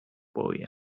boy